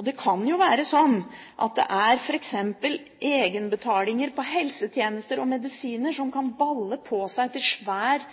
Det kan jo være slik at det f.eks. er egenbetalinger til helsetjenester og medisiner som kan balle på seg til en svær